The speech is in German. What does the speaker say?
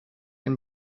den